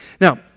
Now